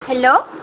hello